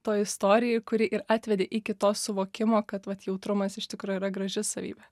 toj istorijoj kuri ir atvedė iki to suvokimo kad vat jautrumas iš tikro yra graži savybė